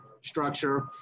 structure